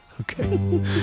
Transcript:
Okay